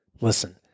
Listen